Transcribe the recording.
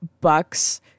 Bucks